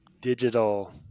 digital